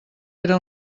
era